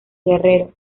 guerrero